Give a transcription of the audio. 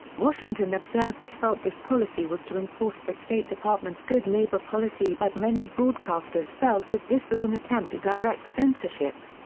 washington observers felt this policy was to enforce the state department's good neighbor policy but many broadcasters felt that this was an attempt to direct censorship.